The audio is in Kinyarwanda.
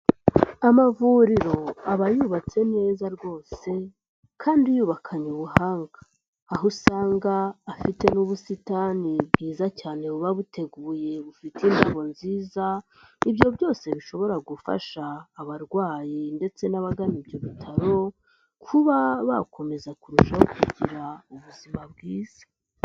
Amavuriro aba yubatse neza rwose kandi yubakanye ubuhanga, aho usanga afite n'ubusitani bwiza cyane buba buteguye bufite indabo nziza, ibyo byose bishobora gufasha abarwayi ndetse n'abagana ibyo bitaro, kuba bakomeza kurushaho kugira ubuzima bwiza.